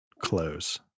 close